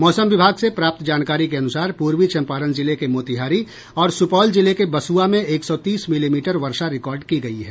मौसम विभाग से प्राप्त जानकारी के अनुसार पूर्वी चंपारण जिले के मोतिहारी और सुपौल जिले के बसुआ में एक सौ तीस मिलीमीटर वर्षा रिकार्ड की गयी है